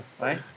right